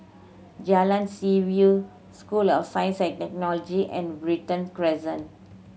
Jalan Seaview School of Science and Technology and Brighton's Crescent